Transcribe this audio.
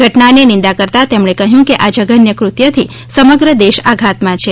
ઘટનાની નિંદા કરતા તેમણે કહ્યું કે આ જધન્ય કૃત્યથી સમગ્ર દેશ આધાતમાં છે